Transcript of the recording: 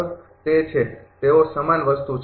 તે છે તેઓ સમાન વસ્તુ છે